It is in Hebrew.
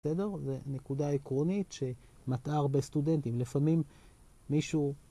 בסדר? זה נקודה עקרונית שמטעה הרבה סטודנטים. לפעמים מישהו...